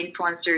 influencers